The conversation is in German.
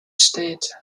steht